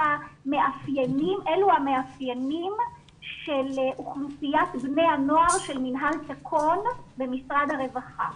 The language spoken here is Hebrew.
אלו המאפיינים של אוכלוסיית בני הנוער של מינהל תקון במשרד הרווחה.